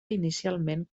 inicialment